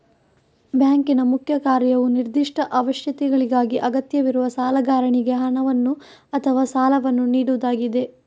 ಬ್ಯಾಂಕಿನ ಮುಖ್ಯ ಕಾರ್ಯವು ನಿರ್ದಿಷ್ಟ ಅವಶ್ಯಕತೆಗಳಿಗಾಗಿ ಅಗತ್ಯವಿರುವ ಸಾಲಗಾರನಿಗೆ ಹಣವನ್ನು ಅಥವಾ ಸಾಲವನ್ನು ನೀಡುವುದಾಗಿದೆ